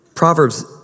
Proverbs